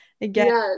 again